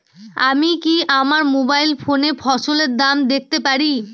আমি কি আমার মোবাইল ফোনে ফসলের দাম দেখতে পারি?